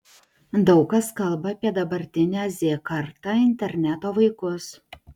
daug kas kalba apie dabartinę z kartą interneto vaikus